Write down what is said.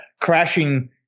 crashing